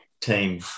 Team